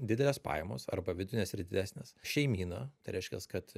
didelės pajamos arba vidutinės ir didesnės šeimyna tai reiškias kad